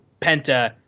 Penta